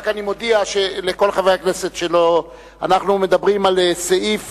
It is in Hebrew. אני רק מודיע לכל חברי הכנסת שאנחנו מדברים על סעיף